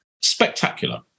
spectacular